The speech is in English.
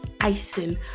icing